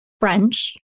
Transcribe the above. French